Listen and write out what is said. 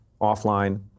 offline